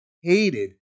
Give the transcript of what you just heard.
hated